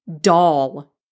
doll